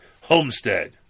homestead